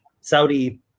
Saudi